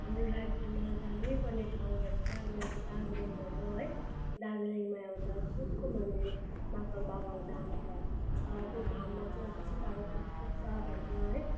हाम्रो राज्यमा जानैपर्ने ठाउँहरू चाहिँ अब एउटा दार्जिलिङ भयो है दार्जिलिङमा एउटा चोखो मन्दिर महाकाल बाबाको धाम भन्ने छ त्यो धाममा चाहिँ अब चिताको कुरा पुग्छ भन्छ है